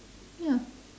ya